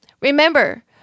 Remember